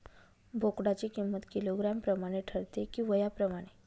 बोकडाची किंमत किलोग्रॅम प्रमाणे ठरते कि वयाप्रमाणे?